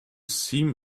seam